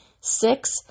Six